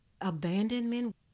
abandonment